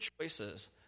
choices